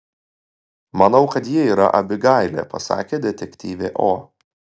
manau kad ji yra abigailė pasakė detektyvė o